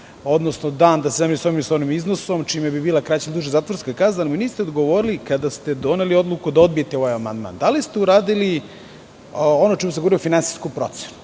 odnosno dan da se zameni sa ovim iznosom, čime bi bila kraća ili duža zatvorska kazna, ali mi niste odgovorili, kada ste doneli odluku da odbijete ovaj amandman, da li ste uradili, ono o čemu sam govorio, finansijsku procenu?